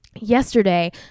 Yesterday